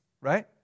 right